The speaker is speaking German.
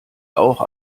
auch